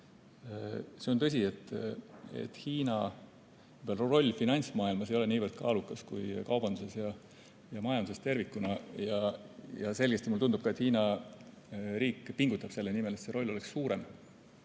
See on tõsi, et Hiina roll finantsmaailmas ei ole niivõrd kaalukas kui kaubanduses ja majanduses tervikuna. Mulle tundub ka, et Hiina riik selgelt pingutab selle nimel, et see roll oleks suurem.